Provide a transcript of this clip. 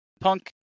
punk